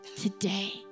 today